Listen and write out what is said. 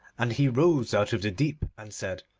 and he rose out of the deep and said,